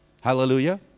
Hallelujah